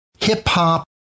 hip-hop